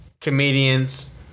comedians